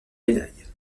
médailles